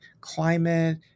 climate